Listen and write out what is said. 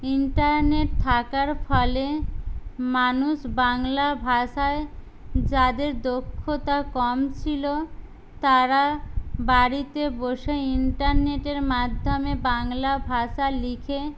internet থাকার ফলে মানুষ বাংলা ভাষায় যাদের দক্ষতা কম ছিলো তারা বাড়িতে বসে ইন্টারনেটের মাধ্যমে বাংলা ভাষা লিখে